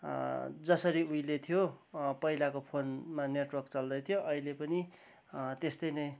जसरी उहिले थियो पहिलाको फोनमा नेटर्वक चल्दैथ्यो अहिले पनि त्यस्तै नै